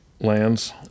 lands